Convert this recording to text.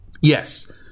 Yes